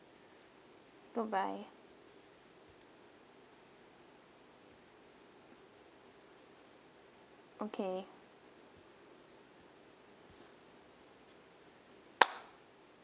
good bye okay